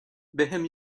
بهم